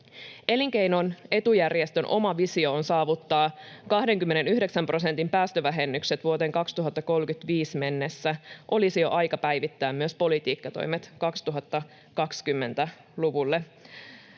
Elinkeinon etujärjestön oma visio on saavuttaa 29 prosentin päästövähennykset vuoteen 2035 mennessä. Olisi jo aika päivittää myös politiikkatoimet 2020-luvulle.